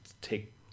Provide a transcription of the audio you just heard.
take